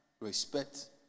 respect